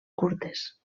curtes